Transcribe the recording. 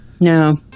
No